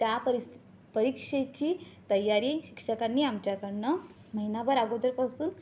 त्या परीस परीक्षेची तयारी शिक्षकांनी आमच्याकडनं महिनाभर अगोदरपासून